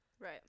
Right